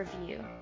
review